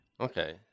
Okay